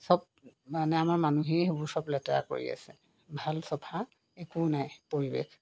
চব মানে আমাৰ মানুহেই সেইবোৰ চব লেতেৰা কৰি আছে ভাল চফা একো নাই পৰিৱেশ